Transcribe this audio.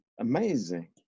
Amazing